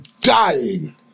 dying